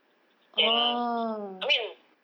then I mean